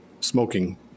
smoking